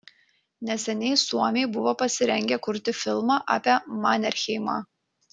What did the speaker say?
neseniai suomiai buvo pasirengę kurti filmą apie manerheimą